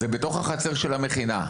זה בתוך החצר של המכינה.